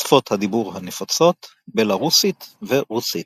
שפות הדיבור הנפוצות בלארוסית ורוסית.